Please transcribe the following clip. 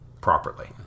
properly